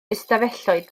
ystafelloedd